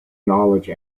knowledge